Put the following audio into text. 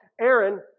Aaron